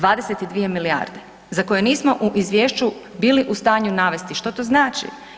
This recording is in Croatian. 22 milijarde za koje nismo u izvješću bili u stanju navesti što to znači.